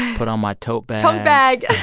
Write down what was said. put on my tote bag. tote bag.